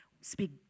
speak